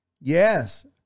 Yes